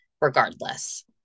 regardless